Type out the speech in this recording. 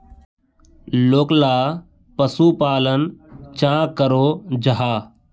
लोकला पशुपालन चाँ करो जाहा?